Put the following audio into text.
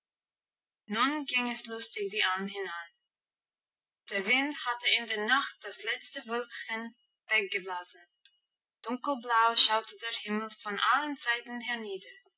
nun ging es lustig die alm hinan der wind hatte in der nacht das letzte wölkchen weggeblasen dunkelblau schaute der himmel von allen seiten hernieder